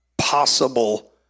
possible